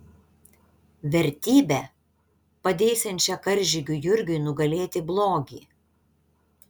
vertybe padėsiančia karžygiui jurgiui nugalėti blogį